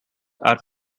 are